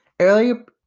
Earlier